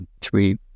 three